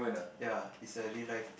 ya is a real life